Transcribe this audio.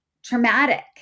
traumatic